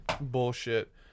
bullshit